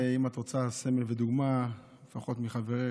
אם את רוצה סמל ודוגמה, לפחות מחברך